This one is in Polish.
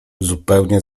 zupełnie